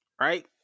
Right